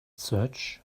search